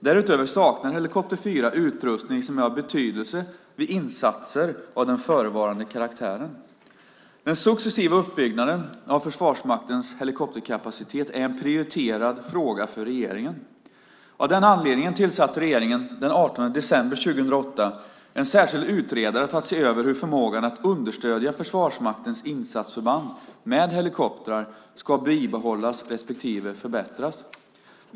Därutöver saknar helikopter 4 utrustning som är av betydelse vid insatser av den förevarande karaktären. Den successiva uppbyggnaden av Försvarsmaktens helikopterkapacitet är en prioriterad fråga för regeringen. Av den anledningen tillsatte regeringen den 18 december 2008 en särskild utredare för att se över hur förmågan att understödja Försvarsmaktens insatsförband med helikoptrar ska bibehållas respektive förbättras.